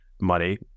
money